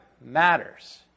matters